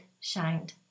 shined